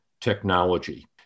technology